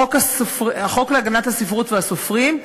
החוק להגנת הספרות והסופרים,